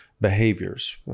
behaviors